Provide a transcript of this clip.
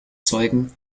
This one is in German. zeugen